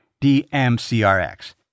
DMCRX